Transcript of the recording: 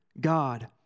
God